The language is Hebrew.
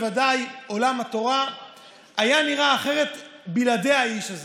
בוודאי עולם התורה היה נראה אחרת בלעדי האיש הזה.